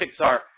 Pixar